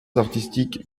artistique